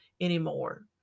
anymore